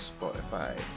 spotify